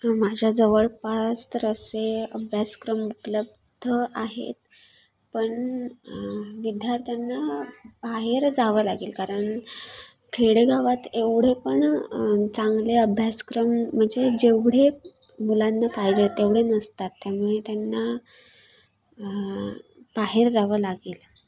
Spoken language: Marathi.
माझ्या जवळपास तर असे अभ्यासक्रम उपलब्ध आहेत पण विद्यार्थ्यांना बाहेर जावं लागेल कारण खेडेगावात एवढे पण चांगले अभ्यासक्रम म्हणजे जेवढे मुलांना पाहिजे तेवढे नसतात त्यामुळे त्यांना बाहेर जावं लागेल